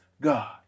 God